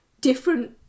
different